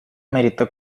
merită